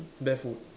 barefoot